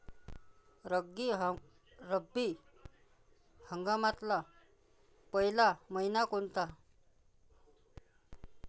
रब्बी हंगामातला पयला मइना कोनता?